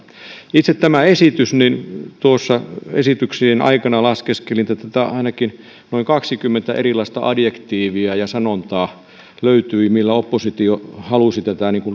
itse tämä esitys tuossa esityksien aikana laskeskelin että ainakin noin kaksikymmentä erilaista adjektiiviä ja ja sanontaa löytyi millä oppositio halusi